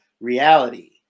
reality